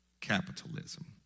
Capitalism